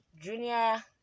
junior